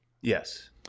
yes